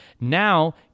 Now